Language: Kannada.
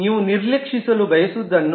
ನೀವು ನಿರ್ಲಕ್ಷಿಸಲು ಬಯಸುವದನ್ನು